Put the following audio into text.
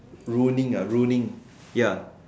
ruining ah ruining ya